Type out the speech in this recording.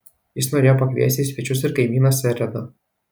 jis norėjo pakviesti į svečius ir kaimyną seredą